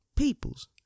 peoples